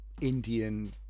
Indian